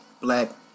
black